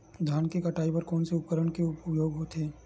धान के कटाई बर कोन से उपकरण के उपयोग होथे?